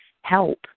help